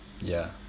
yeah